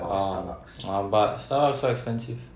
orh but Starbucks so expensive